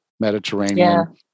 Mediterranean